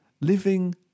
living